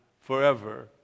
forever